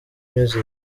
music